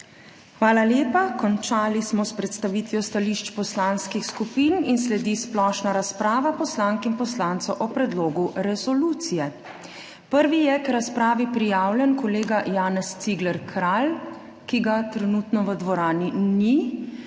Hvala lepa. Končali smo s predstavitvijo stališč poslanskih skupin in sledi splošna razprava poslank in poslancev o predlogu resolucije. Prvi je k razpravi prijavljen kolega Janez Cigler Kralj, ki ga trenutno v dvorani ni.